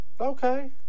Okay